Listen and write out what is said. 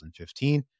2015